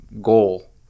goal